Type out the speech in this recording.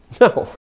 No